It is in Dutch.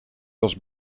was